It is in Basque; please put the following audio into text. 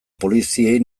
poliziei